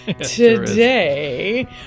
Today